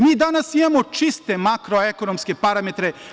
Mi danas imamo čiste marko-ekonomske parametre.